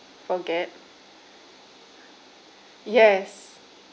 forget yes